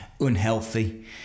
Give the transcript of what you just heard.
unhealthy